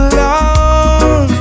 long